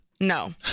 No